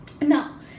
now